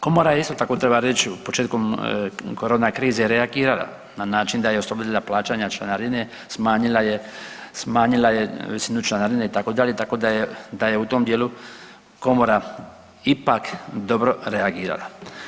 Komora je, isto tako treba reći, u početku korona krize reagirala na način da je oslobodila plaćanja članarine, smanjila je visinu članarine, itd., i tako da je u tom dijelu Komora ipak dobro reagirala.